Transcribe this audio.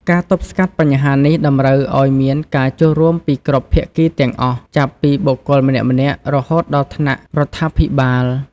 ការទប់ស្កាត់បញ្ហានេះតម្រូវឲ្យមានការចូលរួមពីគ្រប់ភាគីទាំងអស់ ចាប់ពីបុគ្គលម្នាក់ៗរហូតដល់ថ្នាក់រដ្ឋាភិបាល។